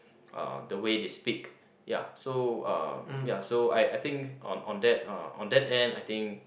uh the way they speak ya so uh ya so I I think on on that uh on that end I think